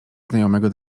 znajomego